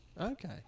Okay